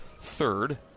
third